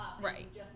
Right